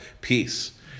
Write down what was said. peace